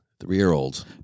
Three-year-olds